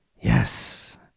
yes